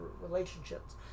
relationships